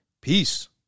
Peace